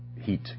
heat